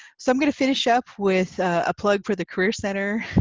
so, i'm going to finish up with a plug for the career center.